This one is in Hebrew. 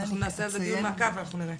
אנחנו נעשה על זה דיון מעקב ואנחנו נראה.